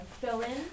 fill-in